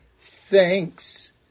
thanks